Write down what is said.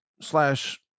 slash